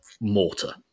mortar